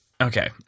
Okay